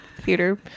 theater